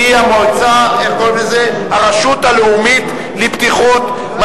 והוא הרשות הלאומית לבטיחות.